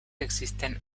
existen